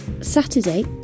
saturday